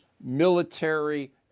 military